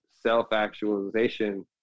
self-actualization